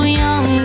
young